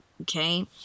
okay